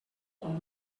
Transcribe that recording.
ton